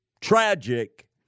tragic